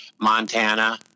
Montana